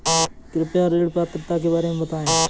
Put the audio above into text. कृपया ऋण पात्रता के बारे में बताएँ?